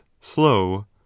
slow